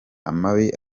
amabi